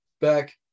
back